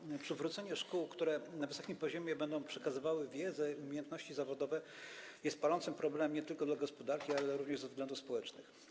Problem przywrócenia szkół, które na wysokim poziomie będą przekazywały wiedzę i umiejętności zawodowe, jest palący nie tylko dla gospodarki, ale również ze względów społecznych.